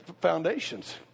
foundations